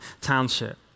township